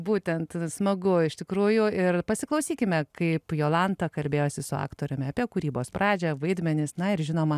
būtent smagu iš tikrųjų ir pasiklausykime kaip jolanta kalbėjosi su aktoriumi apie kūrybos pradžią vaidmenis na ir žinoma